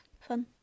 fun